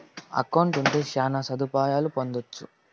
account ఉంటే శ్యాన సదుపాయాలను పొందొచ్చు